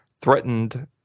threatened